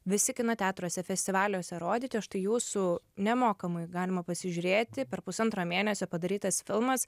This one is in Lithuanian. visi kino teatruose festivaliuose rodyti o štai jūsų nemokamai galima pasižiūrėti per pusantro mėnesio padarytas filmas